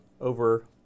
over